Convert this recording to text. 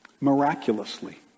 Miraculously